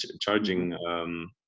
charging